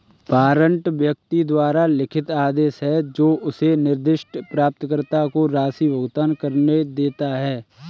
warrant व्यक्ति द्वारा लिखित आदेश है जो उसे निर्दिष्ट प्राप्तकर्ता को राशि भुगतान करने देता है